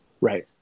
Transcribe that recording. right